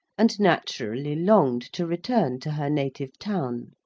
and naturally longed to return to her native town.